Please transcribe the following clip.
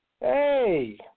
Hey